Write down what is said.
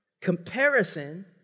Comparison